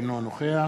אינו נוכח